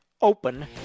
open